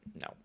no